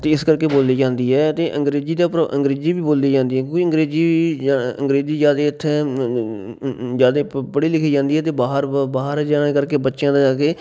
ਅਤੇ ਇਸ ਕਰਕੇ ਬੋਲੀ ਜਾਂਦੀ ਹੈ ਅਤੇ ਅੰਗਰੇਜ਼ੀ ਦੇ ਪ੍ਰਵਾ ਅੰਗਰੇਜ਼ੀ ਵੀ ਬੋਲੀ ਜਾਂਦੀ ਆ ਕਿਉਂਕਿ ਅੰਗਰੇਜ਼ੀ ਅੰਗਰੇਜ਼ੀ ਜ਼ਿਆਦੇ ਇੱਥੇ ਜ਼ਿਆਦੇ ਪ ਪੜ੍ਹੀ ਲਿਖੀ ਜਾਂਦੀ ਏ ਅਤੇ ਬਾਹਰ ਬਾਹਰ ਜਾਣੇ ਕਰਕੇ ਬੱਚਿਆਂ ਦਾ ਜਾ ਕੇ